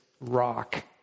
rock